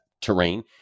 terrain